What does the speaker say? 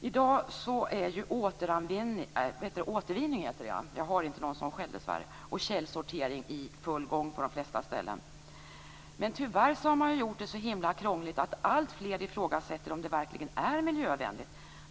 I dag är ju återvinning och källsortering i full gång på de flesta ställen. Men tyvärr har man gjort det så krångligt att alltfler ifrågasätter om det verkligen är miljövänligt.